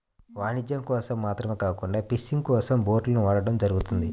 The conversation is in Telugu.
వాణిజ్యం కోసం మాత్రమే కాకుండా ఫిషింగ్ కోసం బోట్లను వాడటం జరుగుతుంది